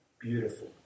beautiful